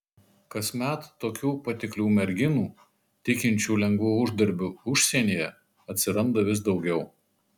kasmet tokių patiklių merginų tikinčių lengvu uždarbiu užsienyje atsiranda vis daugiau